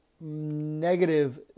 negative